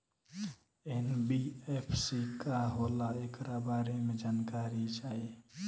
NBFC का होला ऐकरा बारे मे जानकारी चाही?